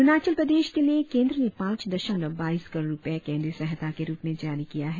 अरुणाचल प्रदेश के लिए केंद्र ने पांच दशमलव बाईस करोड़ रुपए केंद्रीय सहायता के रुप में जारी किया है